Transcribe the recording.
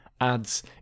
ads